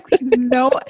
no